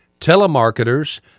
telemarketers